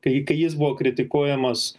kai kai jis buvo kritikuojamas